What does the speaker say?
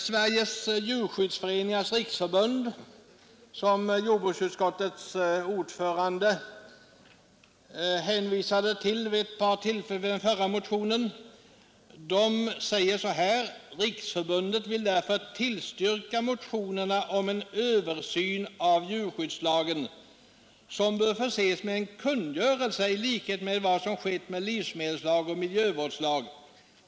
Sveriges djurskyddsföreningars riksförbund, som jordbruksutskottets ordförande hänvisade till vid ett par tillfällen i fråga om den förra motionen, säger: ”Riksförbundet vill därför tillstyrka motionerna om en översyn av djurskyddslagen, som bör förses med en kungörelse i likhet med vad som skett med livsmedelslag och miljövårdslag.